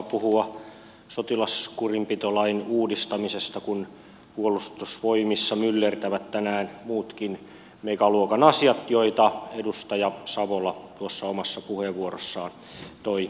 puhua sotilaskurinpitolain uudistamisesta kun puolustusvoimissa myllertävät tänään muutkin megaluokan asiat joita edustaja savola omassa puheenvuorossaan toi esille